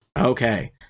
Okay